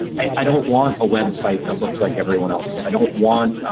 i don't want a website that looks like everyone else's. i don't want